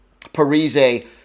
Parise